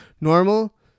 Normal